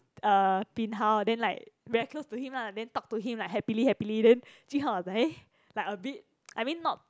uh bin hao then like very close to him lah then talk to him like happily happily then jun hao was like eh like a bit I mean not